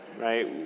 right